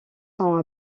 sont